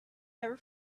never